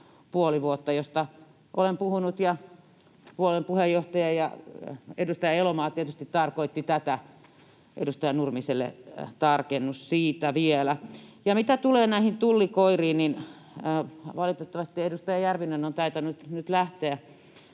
puoli vuotta, josta olen puhunut — ja puolueen puheenjohtaja ja edustaja Elomaa tietysti tarkoittivat tätä, edustaja Nurmiselle tarkennus siitä vielä. Ja mitä tulee näihin tullikoiriin, niin valitettavasti edustaja Järvinen on tainnut nyt lähteä